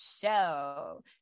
show